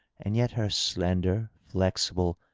and yet her slender, flexible,